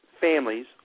families